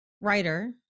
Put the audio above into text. writer